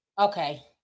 Okay